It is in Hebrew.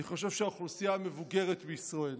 אני חושב שהאוכלוסייה המבוגרת בישראל,